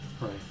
right